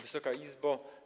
Wysoka Izbo!